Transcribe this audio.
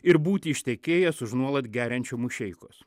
ir būti ištekėjęs už nuolat geriančio mušeikos